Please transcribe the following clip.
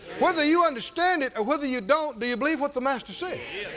whether you understand it or whether you don't, do you believe what the master said?